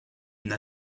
une